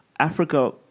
Africa